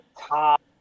top